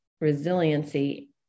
resiliency